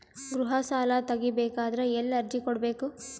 ಗೃಹ ಸಾಲಾ ತಗಿ ಬೇಕಾದರ ಎಲ್ಲಿ ಅರ್ಜಿ ಕೊಡಬೇಕು?